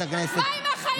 מה עם האחיות שלנו?